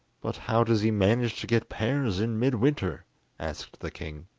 but how does he manage to get pears in midwinter asked the king.